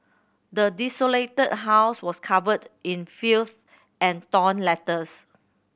the desolated house was covered in filth and torn letters